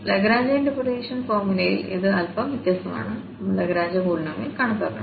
Lagrange interpolation ഫോർമുലയിൽ ഇത് അൽപ്പം വ്യത്യസ്തമാണ് നമ്മൾ ലഗ്രാഞ്ച് പോളിനോമിയൽ കണക്കാക്കണം